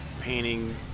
painting